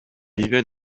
vivaient